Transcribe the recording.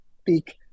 speak